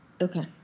Okay